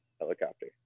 helicopter